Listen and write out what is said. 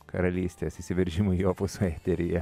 karalystės įsiveržimui opuso eteryje